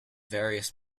various